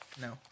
No